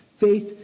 Faith